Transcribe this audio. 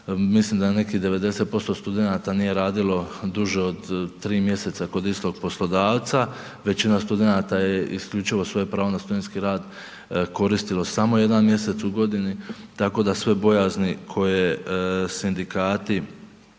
Mislim da je nekih 90% studenata nije radilo duže od tri mjeseca kod istog poslodavca. Većina studenata je isključivo svoje pravo na studentski rad koristilo samo jedan mjesec u godini, tako da sve bojazni koje sindikati